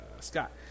Scott